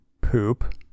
poop